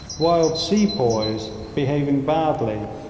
wild's sepoys, behaving badly,